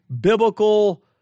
biblical